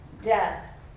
death